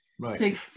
Right